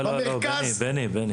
לא לא לא בני בני.